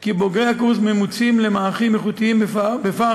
כי בוגרי הקורס ממוצים למערכים איכותיים בפער